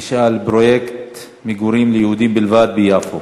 תשאל פרויקט מגורים ליהודים בלבד ביפו.